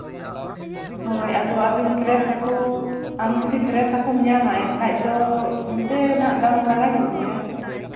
ᱦᱳᱭ ᱟᱫᱚ ᱟᱹᱵᱤᱱ ᱯᱷᱨᱮᱥ ᱦᱟᱹᱠᱩ ᱟᱢ ᱡᱩᱫᱤ ᱯᱷᱨᱮᱥ ᱦᱟᱹᱠᱩᱢ ᱧᱟᱢᱼᱟ ᱮᱱᱠᱷᱟᱱ ᱫᱚ ᱦᱟᱱᱛᱮ ᱦᱟᱸᱜ ᱫᱟᱢ ᱞᱟᱜᱟᱣ ᱧᱚᱜᱚᱜ ᱜᱮᱭᱟ